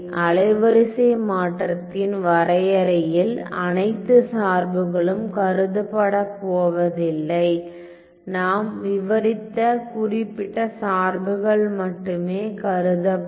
அலைவரிசை மாற்றத்தின் வரையறையில் அனைத்து சார்புகளும் கருதப்படப் போவதில்லை நாம் விவரித்த குறிப்பிட்ட சார்புகள் மட்டுமே கருதப்படும்